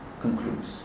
concludes